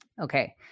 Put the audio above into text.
Okay